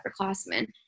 upperclassmen